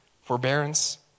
forbearance